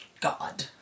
God